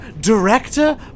director